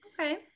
okay